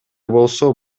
болсо